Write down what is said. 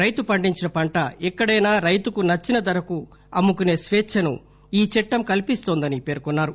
రైతు పండించిన పంట ఎక్కడైనా రైతుకు నచ్చిన ధరకు అమ్ముకునే స్వేచ్చను ఈ చట్టం కల్పిస్తోందని పేర్కొన్సారు